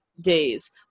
days